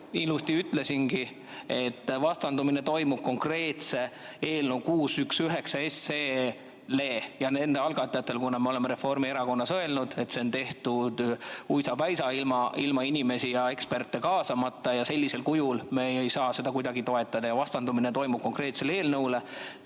ilusti ütlesin, konkreetsele eelnõule 619 ja selle algatajatele, kuna me oleme Reformierakonnas öelnud, et see on tehtud uisapäisa, ilma inimesi ja eksperte kaasamata, ja sellisel kujul me ei saa seda kuidagi toetada. Vastandumine toimub konkreetsele eelnõule,